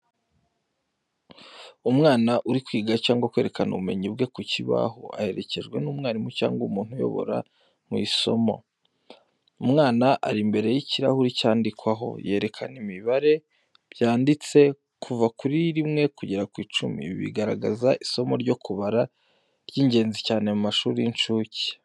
Umwana uri kwiga cyangwa kwerekana ubumenyi bwe ku kibaho, aherekejwe n’umwarimu cyangwa umuntu umuyobora mu isomo. umwana ari imbere y’ikirahuri cyandikwaho, yerekana imibare byanditse “kuva kuri 1 kugeza kuri 10. ibi bigaragaza isomo ryo kubara, ry’ingenzi cyane mu mashuri y’inshuke.